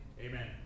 Amen